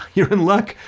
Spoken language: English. you're in luck.